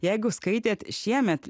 jeigu skaitėt šiemet